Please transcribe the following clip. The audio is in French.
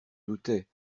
doutais